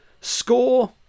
Score